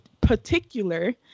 particular